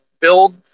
Build